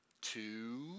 Two